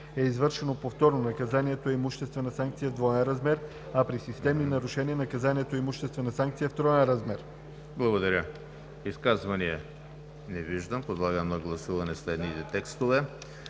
е извършено повторно, наказанието е имуществена санкция в двоен размер, а при системни нарушения – наказанието е имуществена санкция в троен размер.” ПРЕДСЕДАТЕЛ ЕМИЛ ХРИСТОВ: Изказвания? Не виждам. Подлагам на гласуване следните текстове